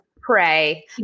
pray